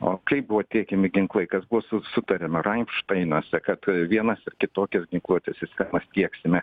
o kaip buvo tiekiami ginklai kas buvo sutariama rainkšteinuose kad vienas ir kitokias ginkluotes viską pasieksime